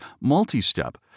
multi-step